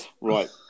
Right